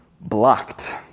Blocked